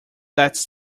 that’s